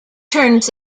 turns